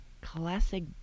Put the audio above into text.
classic